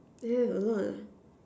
yeah is a lot lah